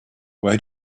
where